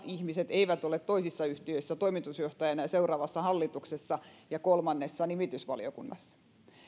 ihmiset eivät ole toisissa yhtiöissä toimitusjohtajana ja seuraavassa hallituksessa ja kolmannessa nimitysvaliokunnassa